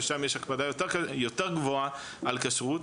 ששם יש הקפדה יותר גבוהה על כשרות,